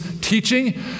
teaching